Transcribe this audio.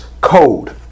code